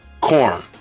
Corn